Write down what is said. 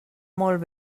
molt